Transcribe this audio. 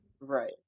Right